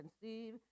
conceive